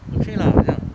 okay lah 这样